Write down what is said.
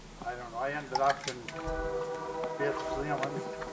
i don't know. i ended up in fitzsimons.